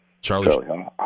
Charlie, –